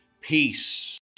Peace